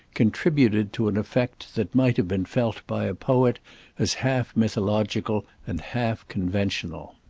contributed to an effect that might have been felt by a poet as half mythological and half conventional.